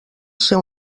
ser